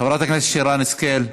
חברת הכנסת שרן השכל,